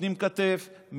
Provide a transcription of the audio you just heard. נותנים כתף,